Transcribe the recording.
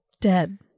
dead